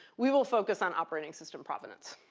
we will focus on operating system provenance.